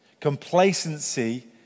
Complacency